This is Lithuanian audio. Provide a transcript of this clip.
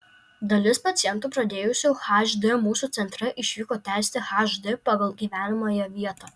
dalis pacientų pradėjusių hd mūsų centre išvyko tęsti hd pagal gyvenamąją vietą